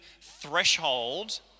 threshold